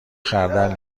خردل